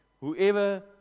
Whoever